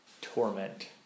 torment